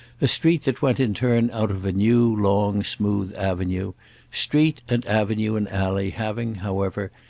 a street that went in turn out of a new long smooth avenue street and avenue and alley having, however,